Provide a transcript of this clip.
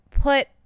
put